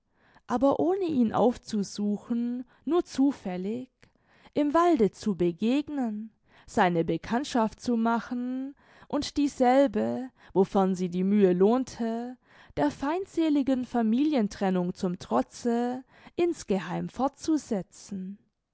aber ohne ihn aufzusuchen nur zufällig im walde zu begegnen seine bekanntschaft zu machen und dieselbe wofern sie die mühe lohnte der feindseligen familien trennung zum trotze in's geheim fortzusetzen